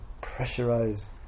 pressurized